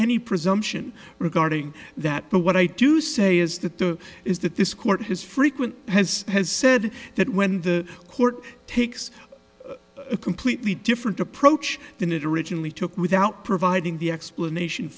any presumption regarding that but what i do say is that the is that this court his frequent has has said that when the court takes a completely different approach than it originally took without providing the explanation